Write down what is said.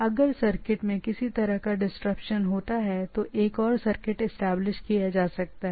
तो सर्किट एक बार वे वहाँ हैं अगर वहाँ डिस्क्रिप्शन या किसी अन्य कारण हो सकता है एक और सर्किट इस्टैबलिश्ड किया जा सकता है